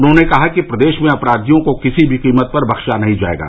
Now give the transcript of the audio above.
उन्हॉने कहा कि प्रदेश में अपराधियों को किसी भी कीमत पर बख्शा नहीं जायेगा